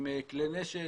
עם כלי נשק,